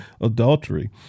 adultery